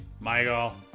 Michael